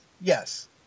yes